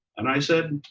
and i said,